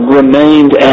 remained